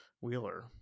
wheeler